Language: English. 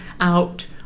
out